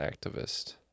activist